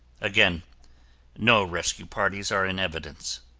again no rescue parties are in evidence.